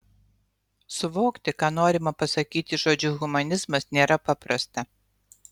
suvokti ką norima pasakyti žodžiu humanizmas nėra paprasta